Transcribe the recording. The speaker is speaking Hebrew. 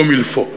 comme il faut.